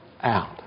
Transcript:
out